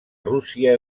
rússia